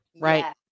right